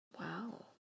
Wow